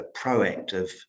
proactive